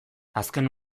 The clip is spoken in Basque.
azken